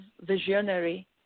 visionary